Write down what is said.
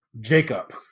Jacob